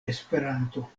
esperanto